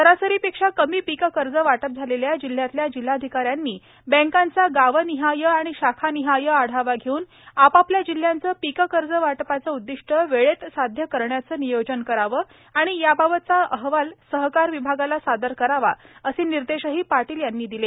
सरासरीपेक्षा कमी पीक कर्ज वाटप झालेल्या जिल्ह्यांतल्या जिल्हाधिका यांनी बँकांचा गावनिहाय आणि शाखानिहाय आढावा घेऊन आपापल्या जिल्ह्याचं पीक कर्ज वाटपाचं उददिष्ट वेळेत साध्य करण्याचं नियोजन करावं आणि याबाबतचा अहवाल सहकार विभागाला सादर करावा असे निर्देशही पाटील यांनी दिले